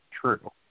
true